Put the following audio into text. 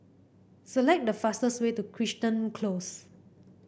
select the fastest way to Crichton Close